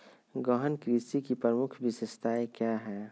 गहन कृषि की प्रमुख विशेषताएं क्या है?